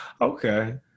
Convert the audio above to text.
okay